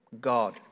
God